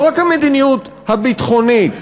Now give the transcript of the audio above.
לא רק המדיניות הביטחונית,